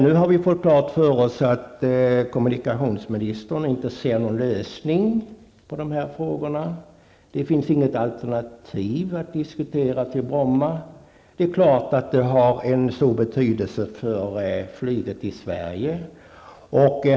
Nu har vi fått klart för oss att kommunikationsministern inte ser någon lösning på de här frågorna. Det finns inget alternativ till Bromma att diskutera. Det har naturligtvis en stor betydelse för flyget i Sverige.